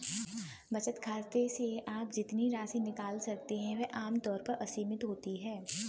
बचत खाते से आप जितनी राशि निकाल सकते हैं वह आम तौर पर असीमित होती है